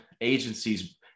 agencies